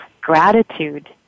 gratitude